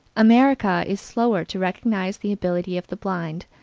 america is slower to recognize the ability of the blind,